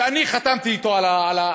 שאני חתמתי אתו על ההסכם,